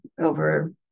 over